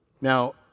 Now